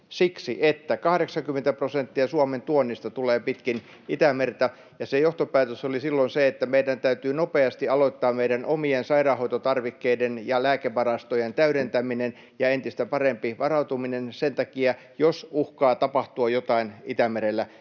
siksi, että 80 prosenttia Suomen tuonnista tulee pitkin Itämerta — ja johtopäätös oli silloin, että meidän täytyy nopeasti aloittaa meidän omien sairaanhoitotarvikkeiden ja lääkevarastojen täydentäminen ja entistä parempi varautuminen sen takia, jos uhkaa tapahtua jotain Itämerellä.